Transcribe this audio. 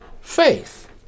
faith